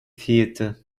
theatre